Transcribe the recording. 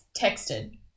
texted